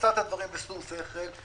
עושה את הדברים בשום שכל,